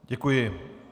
Děkuji.